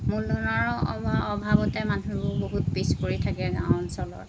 মূলধনৰ অভা অভাৱতে মানুহবোৰ বহুত পিছপৰি থাকে গাঁও অঞ্চলৰ